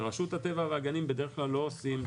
שרשות הטבע והגנים בדרך כלל לא עושים,